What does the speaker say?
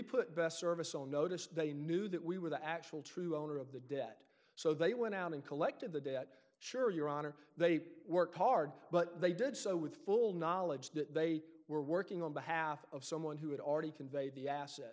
put best service on notice they knew that we were the actual true owner of the debt so they went out and collected the debt sure your honor they worked hard but they did so with full knowledge that they were working on behalf of someone who had already conveyed the asset